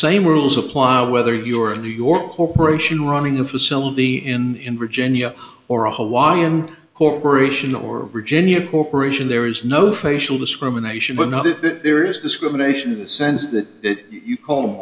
same rules apply whether you're a new york corporation running a facility in virginia or a hawaiian corporation or virginia corporation there is no facial discrimination but now there's discrimination in the sense that you call them